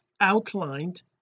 outlined